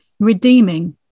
redeeming